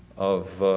of,